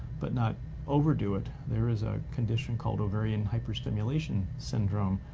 but not overdo it. there is a condition called ovarian hyperstimulation syndrome,